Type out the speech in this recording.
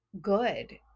good